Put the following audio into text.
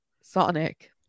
Sonic